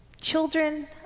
Children